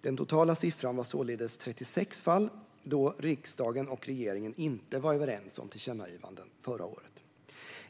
Den totala siffran för när riksdag och regering inte var överens om tillkännagivanden förra året var således 36 fall.